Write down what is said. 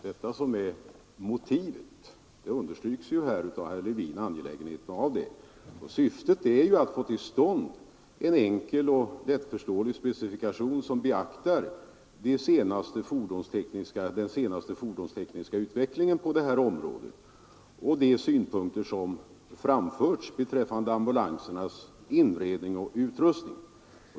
Det är motivet för översynen, vars angelägenhet understryks av vad herr Levin sade. é Syftet är att få till stånd en enkel och lättförståelig specifikation, som beaktar den senaste fordonstekniska utvecklingen på området och de synpunkter som framförts beträffande ambulansernas inredning och utrustning.